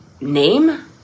name